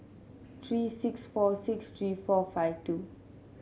three six four six three four five two